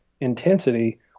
intensity